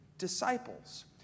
disciples